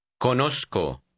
Conozco